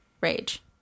Rage